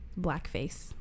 Blackface